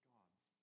God's